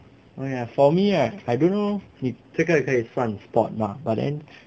oh ya for me right I don't know if 这个可以算 sport 吗 but then